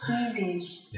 easy